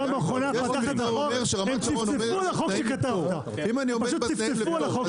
רשמתי את כל הטענות שאמרתם ואני אשתדל להתייחס לכולן.